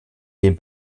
den